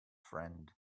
friend